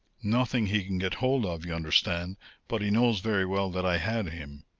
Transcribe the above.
nothing he can get hold of, you understand but he knows very well that i had him.